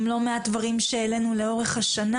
עם לא מעט דברים שהעלינו לאורך השנה,